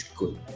good